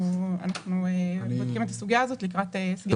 אנחנו בודקים את הסוגיה הזאת לקראת סגירת סוף השנה.